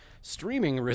streaming